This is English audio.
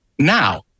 now